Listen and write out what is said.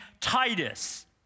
Titus